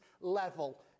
level